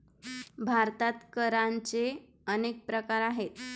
भारतात करांचे अनेक प्रकार आहेत